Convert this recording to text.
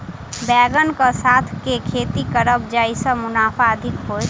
बैंगन कऽ साथ केँ खेती करब जयसँ मुनाफा अधिक हेतइ?